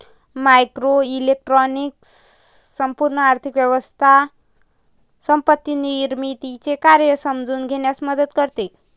macroeconomics संपूर्ण आर्थिक व्यवस्था संपत्ती निर्मितीचे कार्य समजून घेण्यास मदत करते